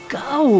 go